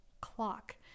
clock